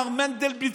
מר מנדלבליט,